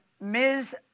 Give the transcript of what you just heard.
Ms